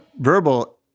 verbal